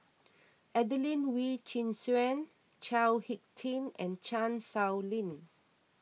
Adelene Wee Chin Suan Chao Hick Tin and Chan Sow Lin